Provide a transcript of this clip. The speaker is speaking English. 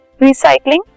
recycling